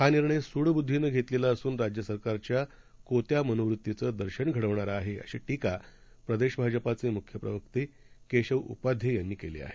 हानिर्णयसूडबुद्धीनंघेतलेलाअसूनराज्यसरकारच्याकोत्यामनोवृत्तीचंदर्शनघडविणाराआहे अशीटीकाप्रदेशभाजपाचेमुख्यप्रवक्तेकेशवउपाध्येयांनीकेलीआहे